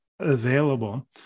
available